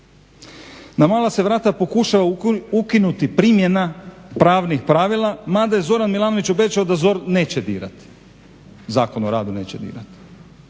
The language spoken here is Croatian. Na mala se vrata pokušava ukinuti primjena pravnih pravila, mada je Zoran Milanović obećao da ZOR neće dirati, Zakon o radu neće dirati.